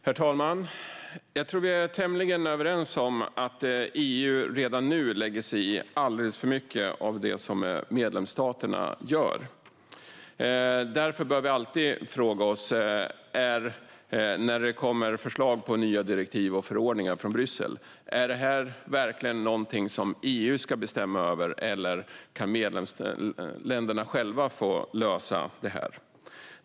Herr talman! Jag tror att vi är tämligen överens om att EU redan nu lägger sig i alldeles för mycket av det som medlemsstaterna gör. Därför bör vi alltid fråga oss när det kommer förslag på nya direktiv och förordningar från Bryssel: Är detta verkligen någonting som EU ska bestämma över, eller kan medlemsländerna själva få lösa det?